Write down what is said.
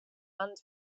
and